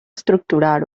estructurar